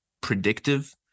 predictive